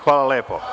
Hvala lepo.